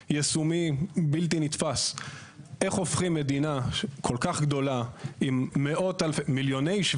הוא מדויק והוא לא הופך בן לילה מאות אלפי אנשים לעבריינים.